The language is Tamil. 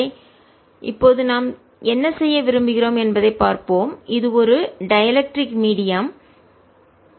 எனவே இப்போது நாம் என்ன செய்ய விரும்புகிறோம் என்பதைப் பார்ப்போம் இது ஒரு டைஎலெக்ர்டிக் மீடியம் மின்கடத்தா ஊடகம்